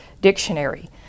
dictionary